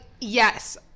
Yes